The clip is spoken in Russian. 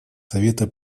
совета